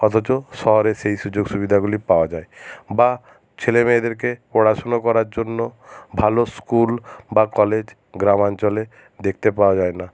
অথচ শহরে সেই সুযোগ সুবিধাগুলি পাওয়া যায় বা ছেলেমেয়েদেরকে পড়াশুনো করার জন্য ভালো স্কুল বা কলেজ গ্রামাঞ্চলে দেখতে পাওয়া যায় না